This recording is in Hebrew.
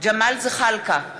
ג'מאל זחאלקה,